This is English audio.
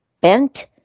bent